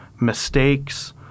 mistakes